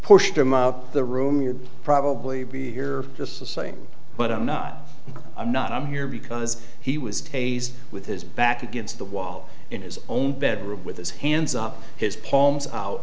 pushed him out the room you're probably be here just the same but i'm not i'm not i'm here because he was with his back against the wall in his own bedroom with his hands up his palms out